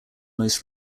most